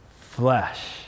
flesh